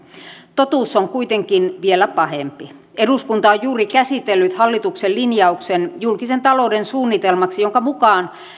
totuus on kuitenkin vielä pahempi eduskunta on juuri käsitellyt hallituksen linjauksen julkisen talouden suunnitelmaksi jonka mukaan